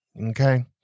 Okay